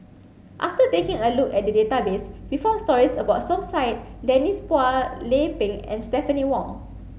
after taking a look at the database we found stories about Som Said Denise Phua Lay Peng and Stephanie Wong